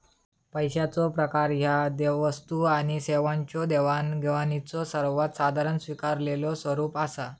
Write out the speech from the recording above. पैशाचो प्रकार ह्या वस्तू आणि सेवांच्यो देवाणघेवाणीचो सर्वात साधारण स्वीकारलेलो स्वरूप असा